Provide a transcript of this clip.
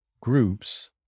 groups